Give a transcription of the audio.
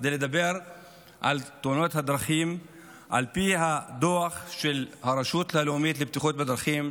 כדי לדבר על תאונות הדרכים על פי הדוח של הרשות הלאומית לבטיחות בדרכים,